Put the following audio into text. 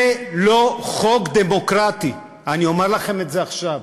זה לא חוק דמוקרטי, אני אומר לכם את זה עכשיו.